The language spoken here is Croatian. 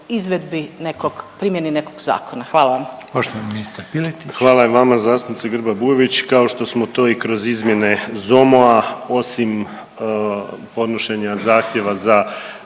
Piletić. **Piletić, Marin (HDZ)** Hvala i vama zastupnice Grba Bujević kao što smo to i kroz izmjene ZOMO-a osim podnošenja zahtjeva za